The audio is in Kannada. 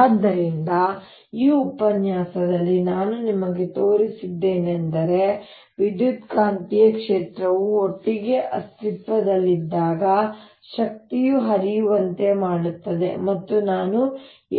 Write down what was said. ಆದ್ದರಿಂದ ಈ ಉಪನ್ಯಾಸದಲ್ಲಿ ನಾನು ನಿಮಗೆ ತೋರಿಸಿದ್ದು ಏನೆಂದರೆ ವಿದ್ಯುತ್ಕಾಂತೀಯ ಕ್ಷೇತ್ರವು ಒಟ್ಟಿಗೆ ಅಸ್ತಿತ್ವದಲ್ಲಿದ್ದಾಗ ಶಕ್ತಿಯು ಹರಿಯುವಂತೆ ಮಾಡುತ್ತದೆ ಮತ್ತು ನಾನು